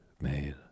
made